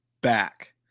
back